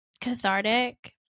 cathartic